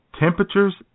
Temperatures